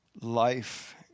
life